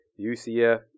UCF